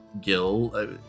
Gil